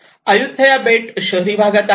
Ayutthaya बेट शहरी भागात आहे